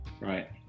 Right